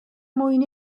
mwyn